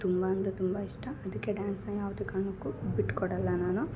ತುಂಬ ಅಂದರೆ ತುಂಬ ಇಷ್ಟ ಅದಕ್ಕೆ ಡ್ಯಾನ್ಸ್ನ ಯಾವುದೇ ಕಾರಣಕ್ಕೂ ಬಿಟ್ಕೊಡಲ್ಲ ನಾನು